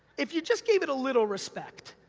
if you just gave it a little respect,